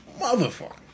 motherfucker